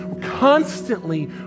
constantly